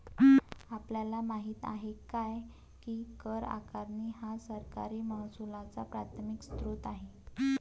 आपल्याला माहित आहे काय की कर आकारणी हा सरकारी महसुलाचा प्राथमिक स्त्रोत आहे